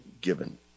given